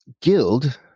guild